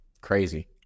crazy